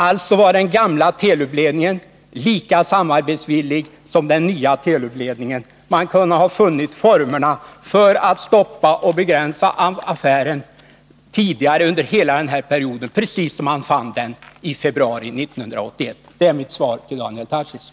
Alltså var den gamla Telub-ledningen lika samarbetsvillig som den nya. Man kunde ha funnit formerna för att stoppa eller begränsa affären tidigare under hela den här perioden, precis som man fann dem i februari 1981. Det är mitt svar till Daniel Tarschys.